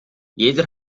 jeder